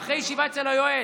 ואחרי ישיבה אצל היועץ,